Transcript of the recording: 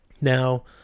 Now